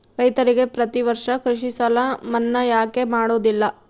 ರೈತರಿಗೆ ಪ್ರತಿ ವರ್ಷ ಕೃಷಿ ಸಾಲ ಮನ್ನಾ ಯಾಕೆ ಮಾಡೋದಿಲ್ಲ?